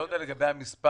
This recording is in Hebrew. לא יודע לגבי המספר.